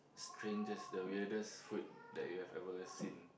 strangest the weirdest food that you've ever seen